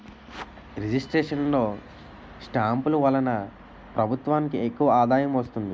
registration లో స్టాంపులు వలన ప్రభుత్వానికి ఎక్కువ ఆదాయం వస్తుంది